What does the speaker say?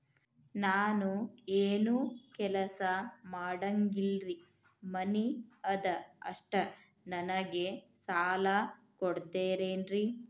ನಾನು ಏನು ಕೆಲಸ ಮಾಡಂಗಿಲ್ರಿ ಮನಿ ಅದ ಅಷ್ಟ ನನಗೆ ಸಾಲ ಕೊಡ್ತಿರೇನ್ರಿ?